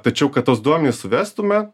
tačiau kad tuos duomenis suvestume